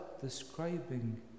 describing